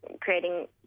creating